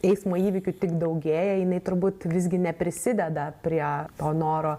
eismo įvykių tik daugėja jinai turbūt visgi neprisideda prie to noro